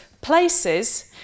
places